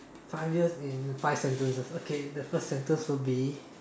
five years in five sentences okay the first sentence would be